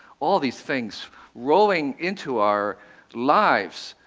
all these things rolling into our lives,